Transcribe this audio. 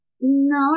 No